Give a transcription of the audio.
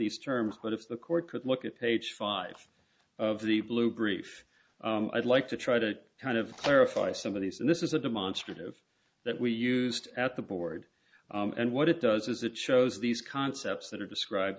these terms but if the court could look at page five of the blue brief i'd like to try to kind of clarify some of these and this is a demonstrative that we used at the board and what it does is it shows these concepts that are described